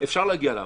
אפשר להגיע להבנות.